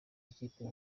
ikipe